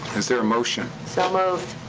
is there a motion? so moved.